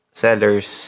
sellers